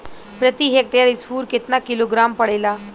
प्रति हेक्टेयर स्फूर केतना किलोग्राम पड़ेला?